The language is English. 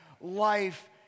Life